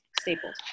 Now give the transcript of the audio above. staples